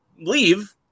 leave